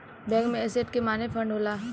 bank में asset के माने फंड होला